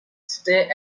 stay